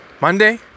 Monday